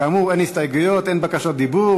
כאמור, אין הסתייגויות, אין בקשות דיבור.